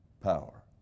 power